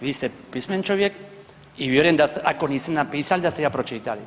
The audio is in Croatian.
Vi ste pismeni čovjek i vjerujem da ste, ako niste napisali da ste ga pročitali.